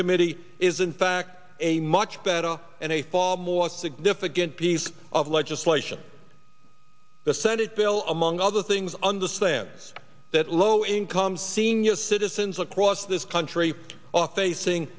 committee is in fact a much better and a far more significant piece of legislation the senate bill among other things understands that low income senior citizens across this country are